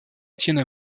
étienne